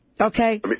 Okay